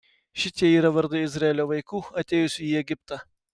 šitie yra vardai izraelio vaikų atėjusių į egiptą